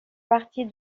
partie